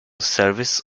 service